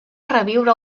reviure